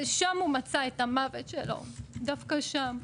ושם הוא מצא את המוות שלו, דווקא שם.